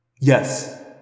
Yes